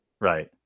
Right